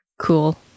cool